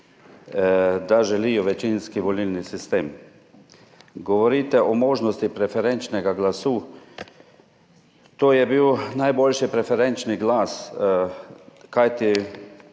da želijo večinski volilni sistem. Govorite o možnosti preferenčnega glasu; to je bil najboljši preferenčni glas, kajti